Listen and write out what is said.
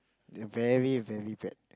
very very bad